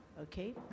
Okay